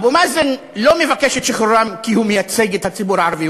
אבו מאזן לא מבקש את שחרורם כי הוא מייצג את הציבור הערבי.